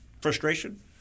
frustration